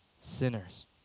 sinners